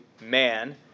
man